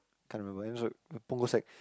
can't remember eh sorry Punggol sec